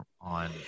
on